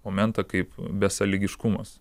momentą kaip besąlygiškumas